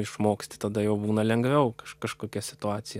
išmoksti tada jau būna lengviau kažkokia situacija